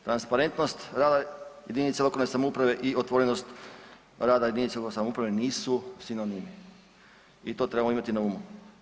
Transparentnost rada jedinica lokalne samouprave i otvorenost rada jedinica lokalne samouprave nisu sinonimi i to trebamo imati na umu.